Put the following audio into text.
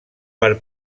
per